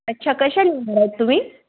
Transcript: अच्छा कशाने येणार आहात तुम्ही